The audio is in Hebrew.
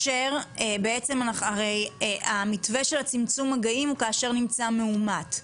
בעצם הרי המתווה של הצמצום מגעים הוא כאשר נמצא מאומת,